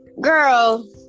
girl